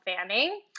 Fanning